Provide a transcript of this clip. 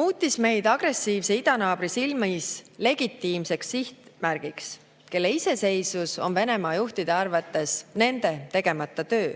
muutis meid agressiivse idanaabri silmis legitiimseks sihtmärgiks, kelle iseseisvus on Venemaa juhtide arvates nende tegemata töö.